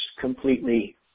completely